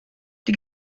die